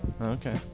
Okay